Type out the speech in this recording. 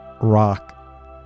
rock